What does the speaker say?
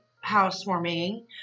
housewarming